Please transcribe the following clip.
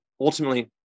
ultimately